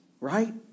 right